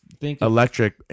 electric